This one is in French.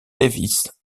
davis